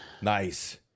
Nice